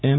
એમ